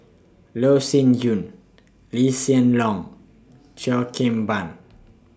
Loh Sin Yun Lee Hsien Loong Cheo Kim Ban